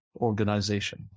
Organization